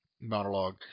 monologue